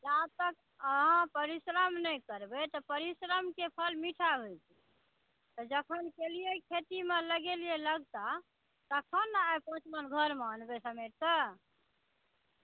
जा तक अहाँ परिश्रम नहि करबै तऽ परिश्रमके फल मीठा होइ छै तऽ जखन केलिये खेतीमे लगेलियै घण्टा तखन ने आइ घरमे अनबै समेटकऽ